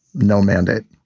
no mandate.